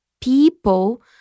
people